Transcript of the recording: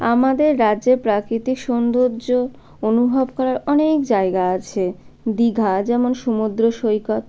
আমাদের রাজ্যে প্রাকৃতিক সৌন্দর্য অনুভব করার অনেক জায়গা আছে দীঘা যেমন সমুদ্র সৈকত